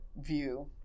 view